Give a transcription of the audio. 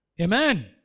Amen